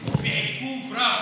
נעצרו בעיכוב רב,